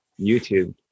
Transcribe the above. YouTube